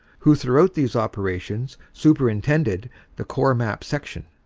who throughout these operations superintended the corp maps section,